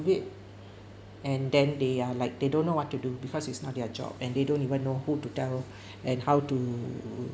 it and then they are like they don't know what to do because is not their job and they don't even know who to tell and how to